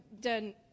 done